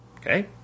Okay